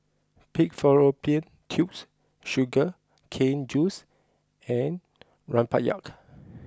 Pig Fallopian Tubes Sugar Cane Juice and Rempeyek